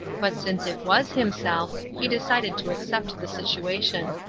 but since it was himself, he decided to accept the situation.